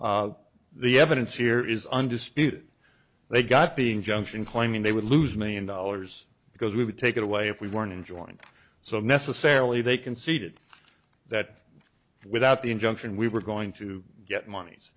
all the evidence here is undisputed they got being junction claiming they would lose million dollars because we would take it away if we weren't enjoying so necessarily they conceded that without the injunction we were going to get monies